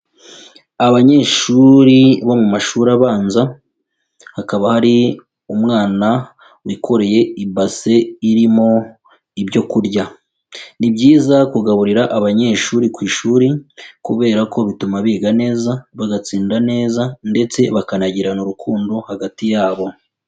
Abanyeshuri bo mu mashuri abanza, hakaba hari umwana wikoreye ibase irimo ibyo kurya, ni byiza kugaburira abanyeshuri ku ishuri kubera ko bituma biga neza, bagatsinda neza ndetse bakanagirana urukundo hagati yabo.